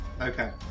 Okay